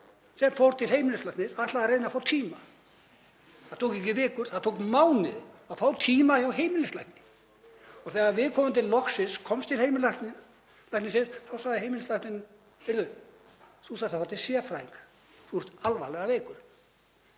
sem fór til heimilislæknis og ætlaði að reyna að fá tíma. Það tók ekki vikur, það tók mánuði að fá tíma hjá heimilislækni og þegar viðkomandi loksins komst til heimilislæknisins þá sagði heimilislæknirinn: Þú þarft að fara til sérfræðings, þú ert alvarlega veikur.